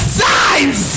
signs